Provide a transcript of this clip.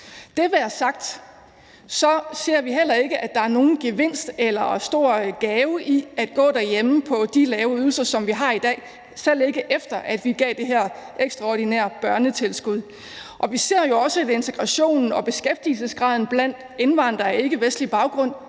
det er sagt, ser vi heller ikke, at der er nogen gevinst ved eller ligger en stor gave i at gå derhjemme på de lave ydelser, som vi, selv efter vi gav det her ekstraordinære børnetilskud, har i dag. Vi ser jo også, at integrationen og beskæftigelsesgraden blandt indvandrere med ikkevestlig baggrund